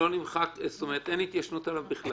אין התיישנות בכלל.